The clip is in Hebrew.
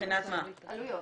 מבחינת עלויות.